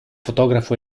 fotografo